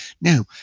Now